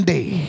day